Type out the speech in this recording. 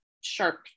sharp